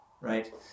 right